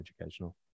educational